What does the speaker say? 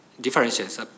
differences